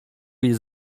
jest